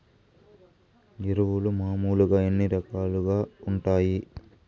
ఎరువులు మామూలుగా ఎన్ని రకాలుగా వుంటాయి?